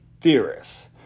theorists